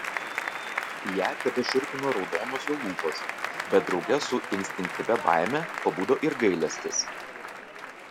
ją tebešiurpino raudonos jo lūpos bet drauge su instinktyvia baime pabudo ir gailestis